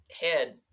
head